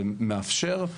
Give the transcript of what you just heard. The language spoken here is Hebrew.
ומאפשר,